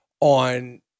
on